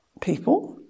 people